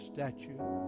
Statue